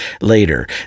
later